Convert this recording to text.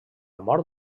mort